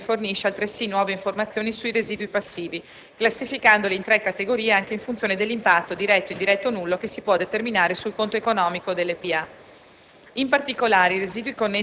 Quest'anno il disegno di legge fornisce altresì nuove informazioni sui residui passivi, classificandoli in 3 categorie anche in funzione dell'impatto (diretto, indiretto o nullo) che si può determinare sul conto economico delle